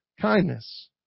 kindness